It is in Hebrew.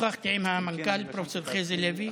שוחחתי עם המנכ"ל פרופ' חזי לוי,